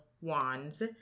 Wands